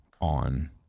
on